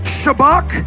shabak